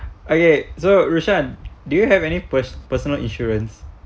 okay so rushan do you have any pers~ personal insurance